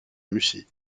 mussy